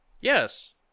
Yes